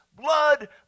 blood